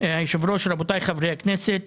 רבותיי חברי הכנסת,